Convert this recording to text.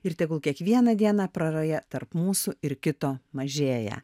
ir tegul kiekvieną dieną praraja tarp mūsų ir kito mažėja